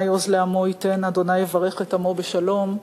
עוז לעמו ייתן אדוני יברך את עמו בשלום.